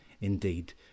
indeed